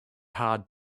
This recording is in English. hard